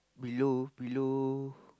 below below